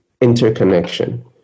interconnection